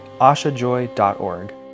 ashajoy.org